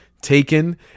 taken